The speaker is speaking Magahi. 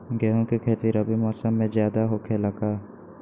गेंहू के खेती रबी मौसम में ज्यादा होखेला का?